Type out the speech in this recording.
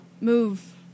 move